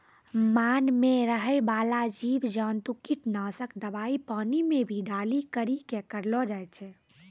मान मे रहै बाला जिव जन्तु किट नाशक दवाई पानी मे भी डाली करी के करलो जाय छै